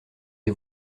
des